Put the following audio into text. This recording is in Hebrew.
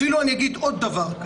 אפילו אגיד עוד דבר.